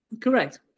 Correct